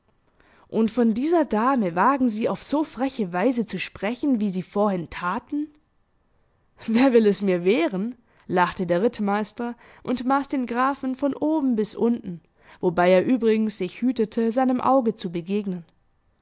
und von dieser dame wagen sie auf so freche weise zu sprechen wie sie vorhin taten wer will es mir wehren lachte der rittmeister und maß den grafen von oben bis unten wobei er übrigens sich hütete seinem auge zu begegnen